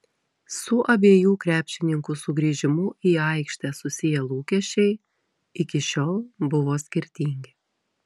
su abiejų krepšininkų sugrįžimu į aikštę susiję lūkesčiai iki šiol buvo skirtingi